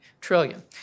trillion